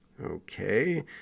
Okay